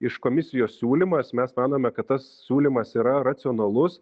iš komisijos siūlymas mes manome kad tas siūlymas yra racionalus